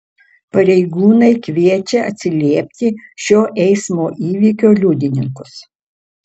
pareigūnai kviečia atsiliepti šio eismo įvykio liudininkus